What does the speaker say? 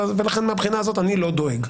לכן מהבחינה הזאת אני לא דואג.